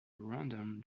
random